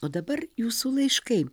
o dabar jūsų laiškai